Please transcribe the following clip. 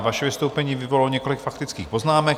Vaše vystoupení vyvolalo několik faktických poznámek.